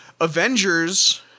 Avengers